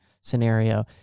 scenario